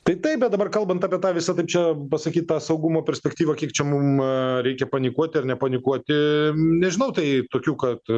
tai taip bet dabar kalbant apie tą visą tai čia pasakyta saugumo perspektyva kiek čia mum a reikia panikuoti ar nepanikuoti nežinau tai tokių kad